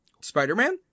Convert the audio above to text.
spider-man